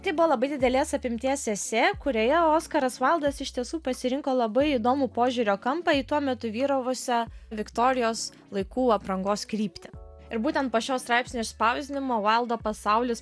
tai buvo labai didelės apimties esė kurioje oskaras vaildas iš tiesų pasirinko labai įdomų požiūrio kampą į tuo metu vyravusią viktorijos laikų aprangos kryptį ir būtent po šio straipsnio išspausdinimo vaildo pasaulis